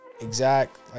exact